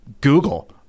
Google